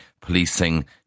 policing